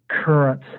current